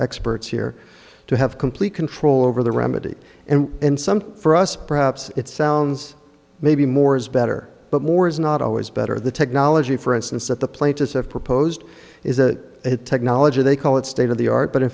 experts here to have complete control over the remedy and in some for us perhaps it sounds maybe more is better but more is not always better the technology for instance that the plaintiffs have proposed is that it technology they call it state of the art but in